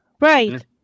right